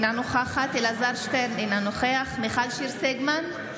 אינה נוכחת אלעזר שטרן, אינו נוכח מיכל שיר סגמן,